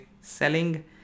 selling